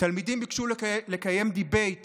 תלמידים ביקשו לקיים דיבייט